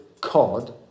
cod